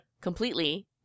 completely